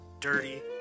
dirty